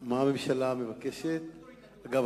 אגב,